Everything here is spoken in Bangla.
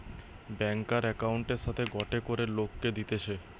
ব্যাংকার একউন্টের সাথে গটে করে লোককে দিতেছে